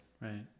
right